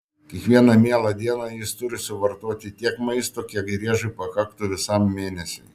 kiekvieną mielą dieną jis turi suvartoti tiek maisto kiek driežui pakaktų visam mėnesiui